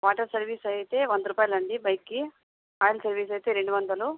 water service అయితే వంద రూపాయలండి బైక్కి ఆయిల్ సర్వీస్ అయితే రెండు వందలు